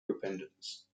dependence